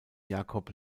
jacob